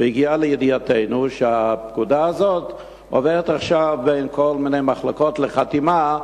הגיע לידיעתנו שהפקודה הזאת עוברת עכשיו בכל מיני מחלקות לחתימה,